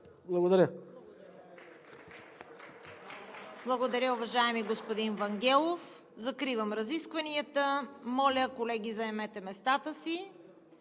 КАРАЯНЧЕВА: Благодаря, уважаеми господин Вангелов. Закривам разискванията. Моля, колеги, заемете местата си.